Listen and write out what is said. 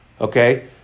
Okay